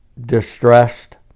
distressed